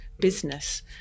business